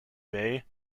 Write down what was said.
bay